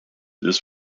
this